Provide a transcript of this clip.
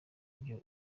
ibyo